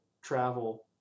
travel